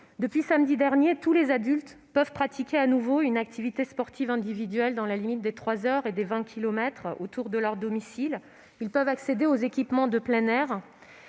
Depuis samedi dernier, tous les adultes peuvent pratiquer de nouveau une activité sportive individuelle, dans la limite de trois heures et de vingt kilomètres autour de leur domicile. Ils peuvent accéder aux équipements de plein air.